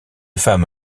femme